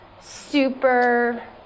super